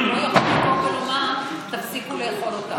שהוא לא יכול לבוא לומר: תפסיקו לאכול אותם.